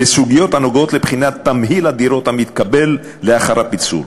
לסוגיות הנוגעות לבחינת תמהיל הדירות המתקבל לאחר הפיצול,